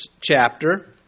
chapter